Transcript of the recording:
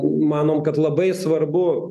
manom kad labai svarbu